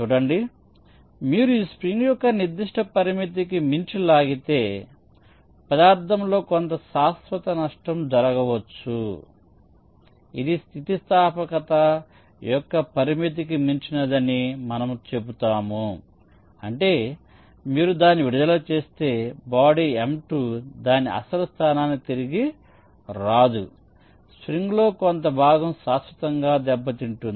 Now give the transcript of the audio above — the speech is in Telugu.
చూడండి మీరు ఈ స్ప్రింగ్ ఒక నిర్దిష్ట పరిమితికి మించి లాగితే అప్పుడు పదార్థంలో కొంత శాశ్వత నష్టం జరగవచ్చు ఇది స్థితిస్థాపకత యొక్క పరిమితికి మించినది అని మనము చెబుతాము అంటే మీరు దానిని విడుదల చేస్తే బాడీ m2 దాని అసలు స్థానానికి తిరిగి రాదు స్ప్రింగ్లో కొంత భాగం శాశ్వతంగా దెబ్బతింటుంది